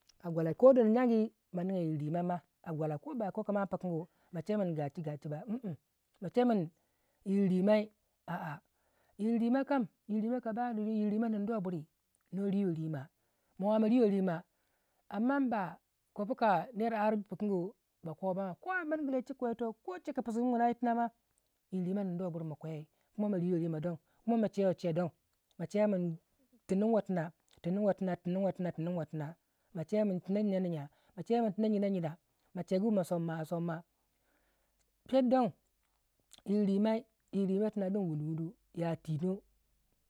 a gwalla ko dono yagi ma niga yir rimama a kwalla ko ka ma ammin pikanku kapin ma chekin gachi ba mm mm ma cemin yir rimai a yirimai kam yir rimai ka bai nin duwai buri ma riwai rima amman ba kopu ka ner ar pukun ku ba koba ko a miringu lai chika ko ko shika fisin wuna yito ma yir rimai nin duwai buri makwe kuma ma riwei rima don kuma ma chewei chei don ma chewei min tinuu wa tina tinnuwa tina tinuuwa tina machewemin tin jyina jyina machegu ma som ma ma chegu ma som ma perodon yir rimai yir rimai tina don wunu wunu ya tino